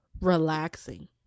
relaxing